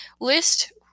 list